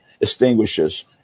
extinguishes